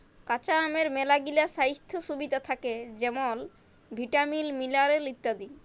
কাঁচা আমের ম্যালাগিলা স্বাইস্থ্য সুবিধা থ্যাকে যেমল ভিটামিল, মিলারেল ইত্যাদি